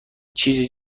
چیز